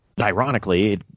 Ironically